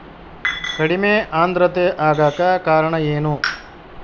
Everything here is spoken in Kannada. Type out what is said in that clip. ಕಡಿಮೆ ಆಂದ್ರತೆ ಆಗಕ ಕಾರಣ ಏನು?